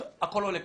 הכול עולה כסף.